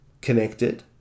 connected